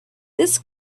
this